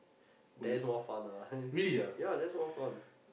there is more fun ah ya there is more fun